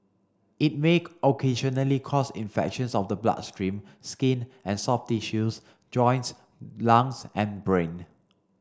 it make occasionally cause infections of the bloodstream skin and soft tissues joints lungs and brain